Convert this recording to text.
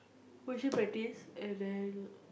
worship practice and then